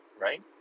right